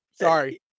sorry